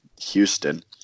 Houston